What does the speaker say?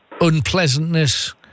unpleasantness